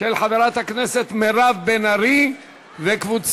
של חברת הכנסת מירב בן ארי וקבוצת